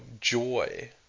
joy